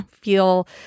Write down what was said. feel